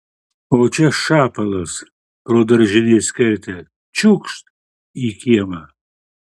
o čia šapalas pro daržinės kertę čiūkšt į kiemą